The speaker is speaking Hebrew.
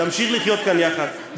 נמשיך לחיות כאן יחד,